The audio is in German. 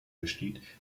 besteht